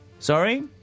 Sorry